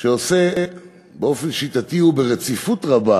שעושה באופן שיטתי וברציפות רבה